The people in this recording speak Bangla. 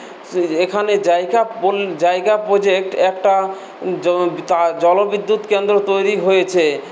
সে এখানে জায়গা পোল জায়গা প্রোজেক্ট একটা জল তা জলবিদ্যুৎ কেন্দ্র তৈরি হয়েছে